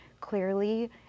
clearly